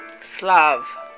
Slav